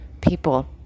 people